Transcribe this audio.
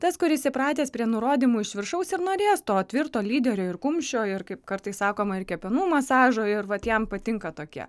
tas kuris įpratęs prie nurodymų iš viršaus ir norės to tvirto lyderio ir kumščio ir kaip kartais sakoma ir kepenų masažo ir vat jam patinka tokie